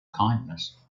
kindness